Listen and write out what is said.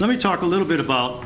let me talk a little bit about